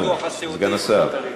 כולנו, סגן השר.